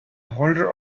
holder